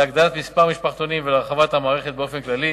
להגדלת מספר המשפחתונים ולהרחבת המערכת באופן כללי